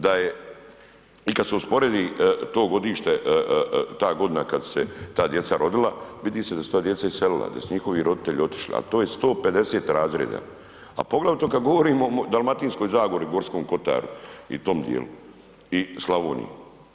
Da je i kad se usporedi to godište, ta godina kad se ta djeca rodila, vidi se da se ta djeca iselila, da su njihovi roditelji otišli, a to je 150 razreda, a poglavito kad govorimo o Dalmatinskoj zagori, Gorskom kotaru i tom dijelu i Slavoniji.